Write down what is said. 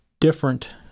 different